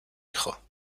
hijo